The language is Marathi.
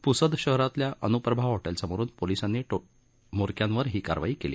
प्सद शहरातील अन्प्रभा हॉटेल समोरून पोलिसांनी म्होरक्यांवर ही कारवाई केली